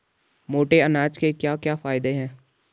मोटे अनाज के क्या क्या फायदे हैं?